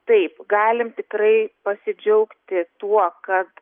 taip galim tikrai pasidžiaugti tuo kad